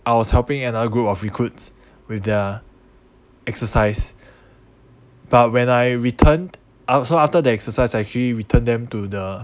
I was helping another group of recruits with their exercise but when I returned I so after the exercise I actually return them to the